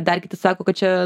dar kiti sako kad čia